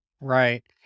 Right